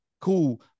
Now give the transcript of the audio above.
cool